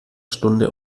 stunde